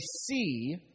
see